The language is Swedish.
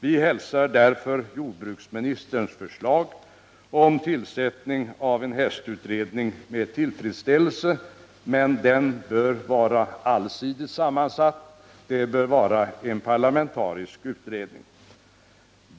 Vi hälsar därför jordbruksministerns förslag om tillsättandet av en hästutredning med tillfredsställelse, men den bör vara parlamentarisk och ha en allsidig sammansättning.